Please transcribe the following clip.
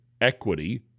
equity